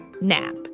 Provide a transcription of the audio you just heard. nap